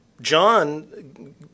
John